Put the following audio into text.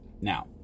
Now